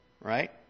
right